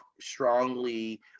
strongly